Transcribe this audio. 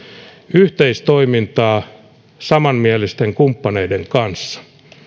yhteistoimintaa samanmielisten kumppaneiden kanssa